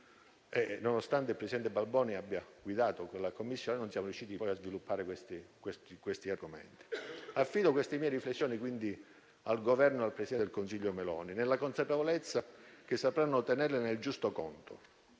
Nonostante il presidente Balboni abbia guidato quella Commissione, non siamo riusciti poi a sviluppare questi argomenti. Affido quindi queste mie riflessioni al Governo e al presidente del Consiglio Meloni, nella consapevolezza che sapranno tenerle nel giusto conto